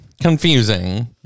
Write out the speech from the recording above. confusing